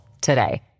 today